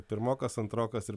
pirmokas antrokas ir